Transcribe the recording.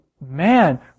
man